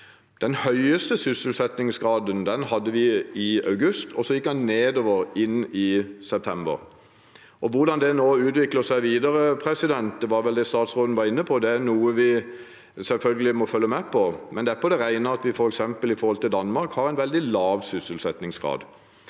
Den høyeste sysselsettingsgraden hadde vi i august, og så gikk den nedover inn i september. Hvordan det nå utvikler seg videre – det var vel det statsråden var inne på – er noe vi selvfølgelig må følge med på. Men det er på det rene at vi har en veldig lav sysselsettingsgrad,